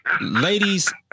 ladies